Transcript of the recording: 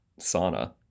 sauna